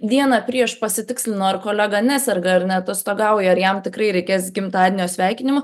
dieną prieš pasitikslinu ar kolega neserga ir neatostogauja ir jam tikrai reikės gimtadienio sveikinimo